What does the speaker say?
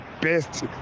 best